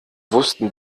wussten